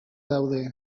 daude